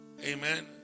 Amen